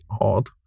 odd